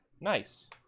Nice